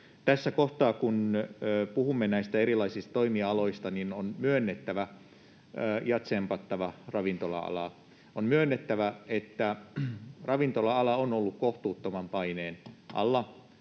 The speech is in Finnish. Tässä kohtaa kun puhumme näistä erilaisista toimialoista, on tsempattava ravintola-alaa ja myönnettävä, että ravintola-ala on ollut kohtuuttoman paineen alla,